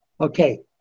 okay